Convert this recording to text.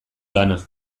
lana